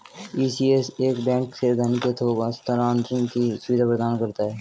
ECS एक bank से धन के थोक हस्तांतरण की सुविधा प्रदान करता है